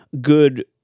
good